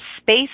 space